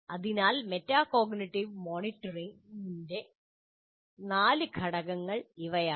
അതിനാൽ മെറ്റാകോഗ്നിറ്റീവ് മോണിറ്ററിംഗിന്റെ നാല് ഘടകങ്ങൾ ഇവയാണ്